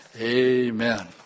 Amen